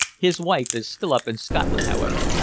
his wife is still up in scotland, however.